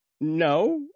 No